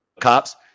cops